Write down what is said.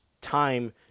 time